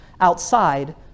outside